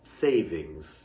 savings